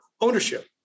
ownership